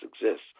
exists